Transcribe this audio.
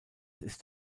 ist